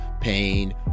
pain